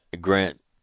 Grant